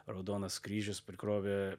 raudonas kryžius prikrovė